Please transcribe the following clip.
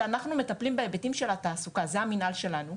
כשאנחנו מטפלים בהיבטים של התעסוקה וזה המנהל שלנו,